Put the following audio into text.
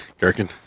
Gherkin